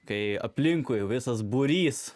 kai aplinkui visas būrys